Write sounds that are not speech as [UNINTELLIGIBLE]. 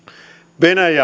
venäjä [UNINTELLIGIBLE]